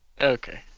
Okay